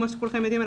כפי שכולכם יודעים,